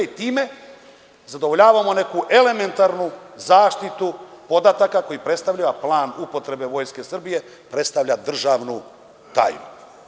Time zadovoljavamo neku elementarnu zaštitu podataka koji predstavlja plan upotrebe Vojske Srbije, predstavlja državnu tajnu.